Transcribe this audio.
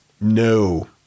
No